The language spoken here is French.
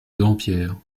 dampierre